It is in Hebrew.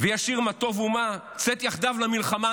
וישיר מה טוב ומה צאת יחדיו למלחמה".